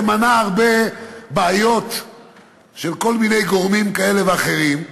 זה מנע הרבה בעיות של כל מיני גורמים כאלה ואחרים.